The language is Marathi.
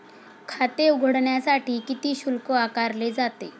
खाते उघडण्यासाठी किती शुल्क आकारले जाते?